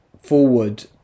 forward